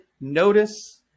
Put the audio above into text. notice